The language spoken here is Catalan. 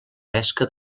pesca